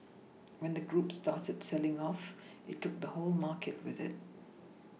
when the group started selling off it took the whole market with it